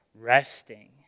resting